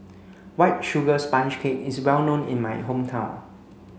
white sugar sponge cake is well known in my hometown